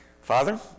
Father